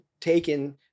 taken